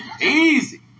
Easy